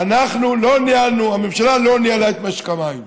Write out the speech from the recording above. אנחנו לא ניהלנו, הממשלה לא ניהלה, את משק המים.